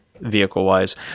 vehicle-wise